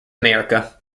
america